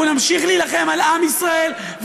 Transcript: אנחנו נמשיך להילחם על עם ישראל,